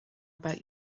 about